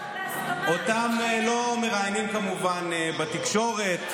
אותם לא מראיינים כמובן בתקשורת,